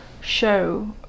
show